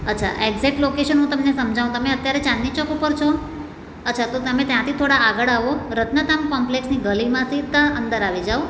અચ્છા exact location હું તમને સમજાવું તમે અત્યારે ચાંદની ચોક ઉપર છો અચ્છા તો તમે ત્યાંથી થોડા આગળ આવો રત્નતામ કોમ્પલેક્સની ગલીમાં સીધા અંદર આવી જાઓ